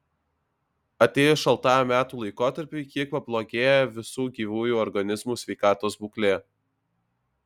atėjus šaltajam metų laikotarpiui kiek pablogėja visų gyvųjų organizmų sveikatos būklė